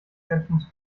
zentrums